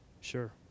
Sure